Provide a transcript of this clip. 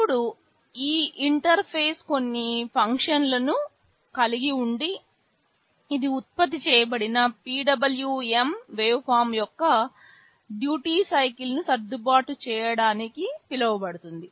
ఇప్పుడు ఈ ఇంటర్ఫేస్ కొన్ని ఫంక్షన్లను కలిగి ఉండి ఇది ఉత్పత్తి చేయబడిన PWM వేవ్ఫార్మ్ యొక్క డ్యూటీ సైకిల్ సర్దుబాటు చేయడానికి పిలువబడుతుంది